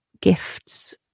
gifts